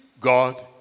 God